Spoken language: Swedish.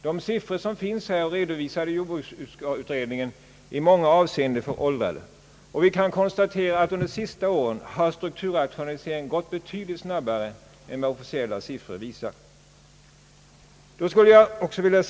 De siffror som redovisats är ju i många avseenden redan föråldrade. Vi kan konstatera att strukturrationaliseringen under de senaste åren gått betydligt snabbare än vad de officiella siffror som jordbruksutredningen använt visar.